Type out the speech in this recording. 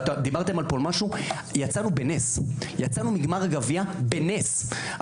יצאנו מגמר הגביע בנס,